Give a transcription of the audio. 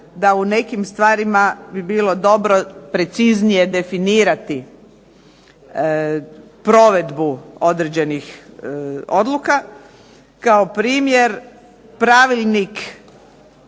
da u nekim stvarima bi bilo dobro preciznije definirati provedbu određenih odluka. Kao primjer pravilnik